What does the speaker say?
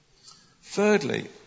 Thirdly